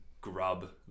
grub